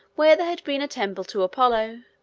where there had been a temple to apollo,